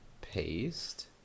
Paste